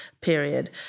period